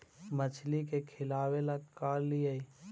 मछली के खिलाबे ल का लिअइ?